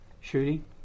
shooting